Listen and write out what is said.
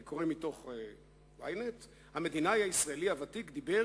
אני קורא מתוך Ynet: "המדינאי הישראלי הוותיק דיבר